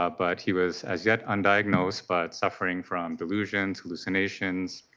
ah but he was as yet undiagnosed, but suffering from delusions, hallucinations,